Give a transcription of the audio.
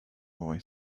boy